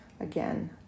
Again